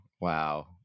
wow